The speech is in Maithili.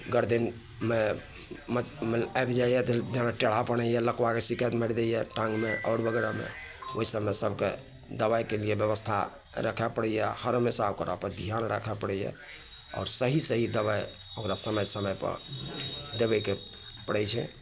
गरदनिमे म आबि जाइए तऽ टेढ़ापन होइए लकबाके शिकायत मारि दैये टाँगमे ओहि सबमे सबके दबाइके लिए बेबस्था रखे पड़ैए हर हमेशा ओकरा पर धिआन राखे पड़ैए आओर सही सही दबाइ ओकरा समय समय पर देबैके पड़ैत छै